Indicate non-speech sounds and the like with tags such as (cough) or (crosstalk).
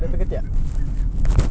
(laughs)